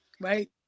right